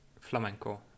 flamenco